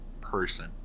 person